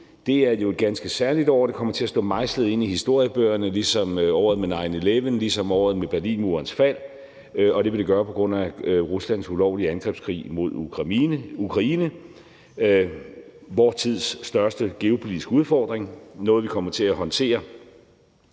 2022, jo et ganske særligt år, og det kommer til at stå mejslet ind i historiebøgerne ligesom året med 9/11 og ligesom året med Berlinmurens fald, og det vil det gøre på grund af Ruslands ulovlige angrebskrig mod Ukraine: vor tids største geopolitiske udfordring og noget, vi kommer til at håndtere